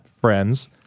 friends